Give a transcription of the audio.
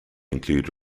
include